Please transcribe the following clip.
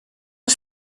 een